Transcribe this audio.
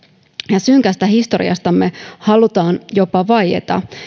ja synkästä historiastamme halutaan jopa vaieta